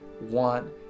want